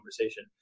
conversation